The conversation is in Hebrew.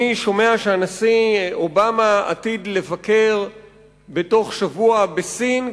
אני שומע שהנשיא אובמה עתיד לבקר בתוך שבוע בסין,